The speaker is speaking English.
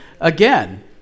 again